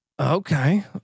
Okay